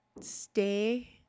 stay